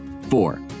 Four